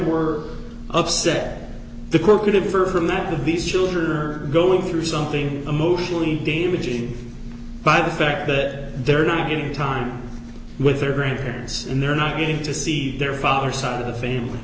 were upset the court could have for matt with these children are going through something emotionally damaging by the fact that they're not in time with their grandparents and they're not getting to see their father's side of the family